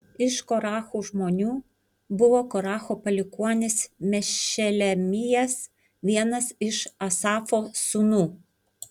iš korachų žmonių buvo koracho palikuonis mešelemijas vienas iš asafo sūnų